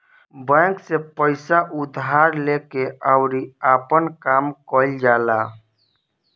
bank से पइसा उधार लेके अउरी आपन काम कईल जाला